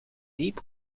liep